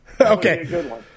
Okay